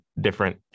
different